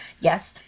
Yes